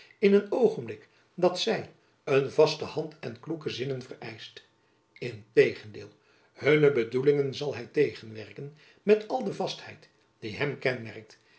in een oogenblik dat zy jacob van lennep elizabeth musch een vaste hand en kloeke zinnen vereischt integendeel hunne bedoelingen zal hy tegenwerken met al de vastheid die hem kenmerkt